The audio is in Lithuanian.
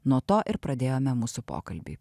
nuo to ir pradėjome mūsų pokalbį